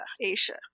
Asia